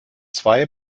zwei